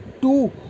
two